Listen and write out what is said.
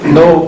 no